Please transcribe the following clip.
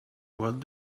what